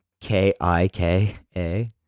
k-i-k-a